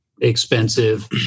expensive